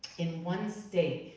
in one state,